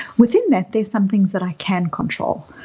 within that, there's some things that i can control.